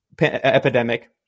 epidemic